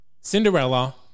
Cinderella